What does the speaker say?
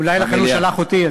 אולי לכן הוא שלח אותי.